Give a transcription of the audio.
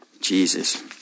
Jesus